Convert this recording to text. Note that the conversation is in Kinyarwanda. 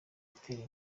itera